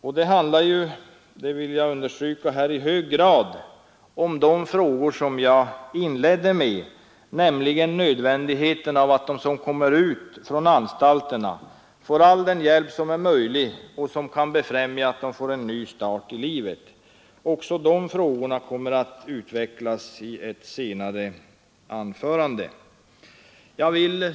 Det här handlar — det vill jag understryka — i hög grad om de frågor som jag inledde med, nämligen nödvändigheten av att de som kommer ut från anstalterna får all den hjälp som är möjlig att ge och som kan befrämja en ny start i livet för dem. Också de frågorna kommer att utvecklas i ett senare anförande. Herr talman!